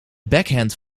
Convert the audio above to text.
backhand